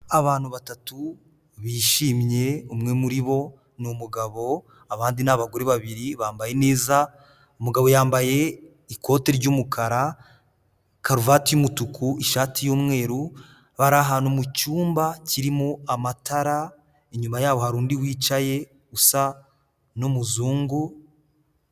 Abantu batatu bishimye, umwe muribo ni umugabo abandi ni abagore babiri bambaye neza, umugabo yambaye ikoti ry'umukara, karuvati y'umutuku, ishati y'umweru, bari ahantu mu cyumba kirimo amatara, inyuma yabo hari undi wicaye usa n'umuzungu.